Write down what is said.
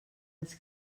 els